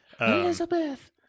Elizabeth